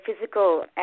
physical